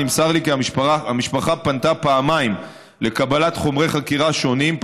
נמסר לי כי המשפחה פנתה פעמיים לקבלת חומרי חקירה שונים,